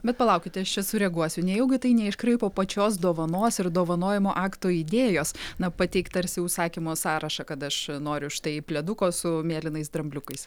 bet palaukite aš čia sureaguosiu nejaugi tai neiškraipo pačios dovanos ir dovanojimo akto idėjos na pateikt tarsi užsakymo sąrašą kad aš noriu štai pleduko su mėlynais drambliukais